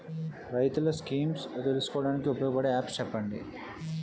రైతులు స్కీమ్స్ తెలుసుకోవడానికి ఉపయోగపడే యాప్స్ చెప్పండి?